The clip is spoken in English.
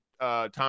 Tom